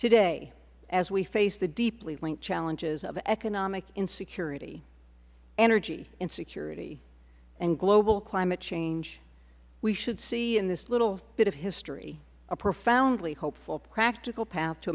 today as we face the deeply linked challenges of economic insecurity energy insecurity and global climate change we should see in this little bit of history a profoundly hopeful practical path to